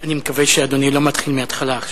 שהדגשתי, אני מקווה שאדוני לא מתחיל מההתחלה.